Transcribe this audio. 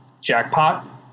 jackpot